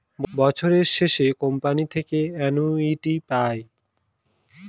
বছরের শেষে কোম্পানি থেকে অ্যানুইটি পায়